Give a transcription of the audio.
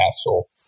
castle